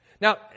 Now